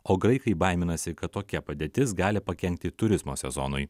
o graikai baiminasi kad tokia padėtis gali pakenkti turizmo sezonui